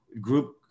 group